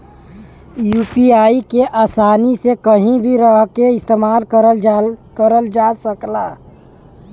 UPI के आसानी से कहीं भी रहके इस्तेमाल करल जा सकला